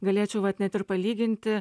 galėčiau vat ir palyginti